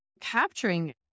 capturing